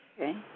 Okay